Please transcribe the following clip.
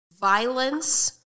violence